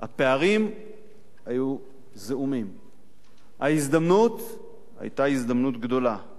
הפערים היו זעומים, ההזדמנות היתה הזדמנות גדולה.